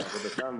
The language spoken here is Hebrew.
לעבודתם,